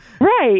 Right